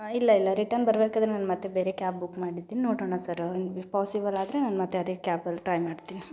ಹಾಂ ಇಲ್ಲ ಇಲ್ಲ ರಿಟರ್ನ್ ಬರ್ಬೇಕಾದ್ರೆ ನಾನು ಮತ್ತೆ ಬೇರೆ ಕ್ಯಾಬ್ ಬುಕ್ ಮಾಡಿರ್ತೀನಿ ನೋಡೋಣ ಸರ್ ಏನು ಇಫ್ ಪೋಝಿಬಲ್ ಆದರೆ ನಾನು ಮತ್ತೆ ಅದೇ ಕ್ಯಾಬಲ್ಲಿ ಟ್ರೈ ಮಾಡ್ತೀನಿ ಹ್ಞೂ